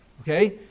Okay